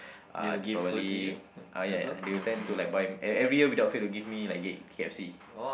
uh Deepavali oh yeah and they will tend to like buy and every year without fail they'll give me like g~ k_f_c